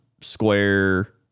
square